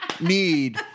need